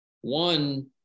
One